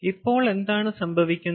ഇപ്പോൾ എന്താണ് സംഭവിക്കുന്നത്